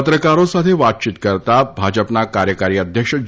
પત્રકારો સાથે વાતયીત કરતાં ભાજપના કાર્યકારી અધ્યક્ષ જે